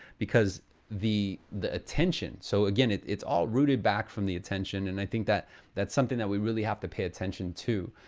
because the the attention. so again, it's it's all routed back from the attention and i think that's something that we really have to pay attention to.